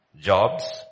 jobs